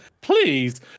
Please